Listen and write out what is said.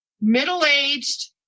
middle-aged